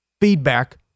feedback